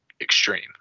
extreme